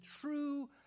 true